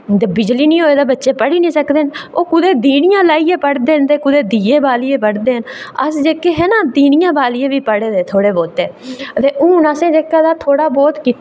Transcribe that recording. ते बिजली निं होऐ ते बच्चे पढ़ी निं सकदे न ओह् कुदै दिनियां लाइयै पढ़दे न ते कुदै दिए लाइयै पढ़दे न ते अस जेह्के ना दिन्नियां लाइयै बी पढ़े दे थोह्ड़े बहोत ते हून असें जेह्का तां थोह्ड़ा बहुत